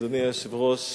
אדוני היושב-ראש,